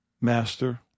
master